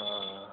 हँ